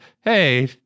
hey